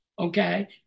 okay